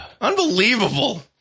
unbelievable